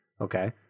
Okay